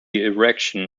erection